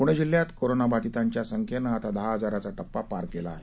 पुणे जिल्ह्यात कोरोना बाधितांच्या संख्येनं दहा हजाराचा टप्पा पार केला आहे